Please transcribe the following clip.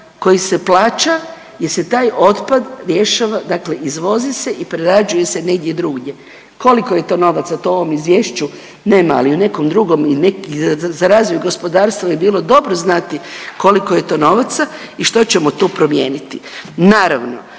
koji se plaća jer se taj otpad rješava, dakle izvozi se i prerađuje se negdje drugdje. Koliko je to novaca to u ovom izvješću nema, ali u nekom drugom, za razvoj gospodarstva bi bilo dobro znati koliko je to novaca i što ćemo tu promijeniti. Naravno